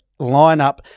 lineup